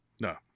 No